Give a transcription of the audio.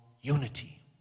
unity